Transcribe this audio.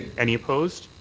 any opposed?